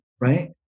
Right